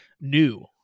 new